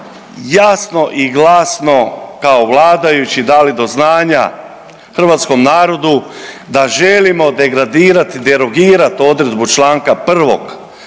jasno i glasno kao vladajući dali do znanja hrvatskom narodu da želimo degradirati, derogirat odredbu čl. 1.